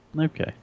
okay